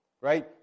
right